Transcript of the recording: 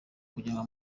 kujyanwa